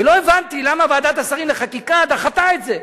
ולא הבנתי למה ועדת השרים לחקיקה דחתה את זה.